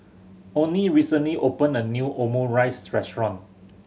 Oney recently opened a new Omurice Restaurant